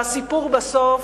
והסיפור בסוף